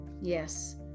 Yes